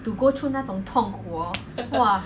to go through 那种痛苦 hor !wah!